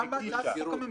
גם בהצעת החוק הממשלתית,